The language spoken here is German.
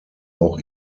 auch